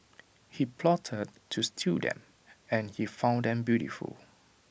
he plotted to steal them and he found them beautiful